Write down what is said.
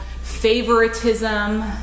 favoritism